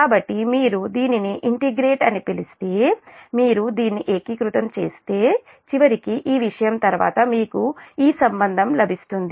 కాబట్టి మీరు దీనిని ఇంటిగ్రేట్ అని పిలిస్తే మీరు దీన్ని ఏకీకృతం చేస్తే చివరికి ఈ విషయం తర్వాత మీకు సంబంధం లభిస్తుంది